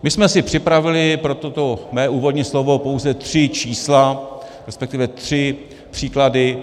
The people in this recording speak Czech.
My jsme si připravili pro toto mé úvodní slovo pouze tři čísla, resp. pouze tři příklady.